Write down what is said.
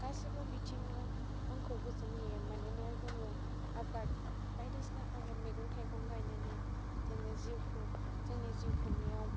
गासैबो बिथिङा आंखौ गोजोन होयो मोनोना जोङो आबाद बायदिसिना आबाद मैगं थाइगं गायनानै जोङो जिउखौ जोंनि जिउ खुंनायाव